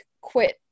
quit